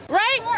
right